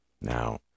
Now